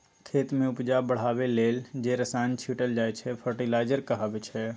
खेत मे उपजा बढ़ाबै लेल जे रसायन छीटल जाइ छै फर्टिलाइजर कहाबै छै